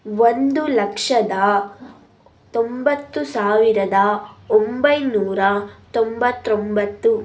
ಒಂದು ಲಕ್ಷದ ತೊಂಬತ್ತು ಸಾವಿರದ ಒಂಬೈನೂರ ತೊಂಬತ್ತೊಂಬತ್ತು